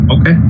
Okay